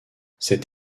cet